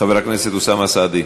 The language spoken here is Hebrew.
חבר הכנסת אוסאמה סעדי.